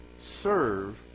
serve